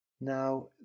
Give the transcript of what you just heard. Now